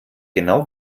genau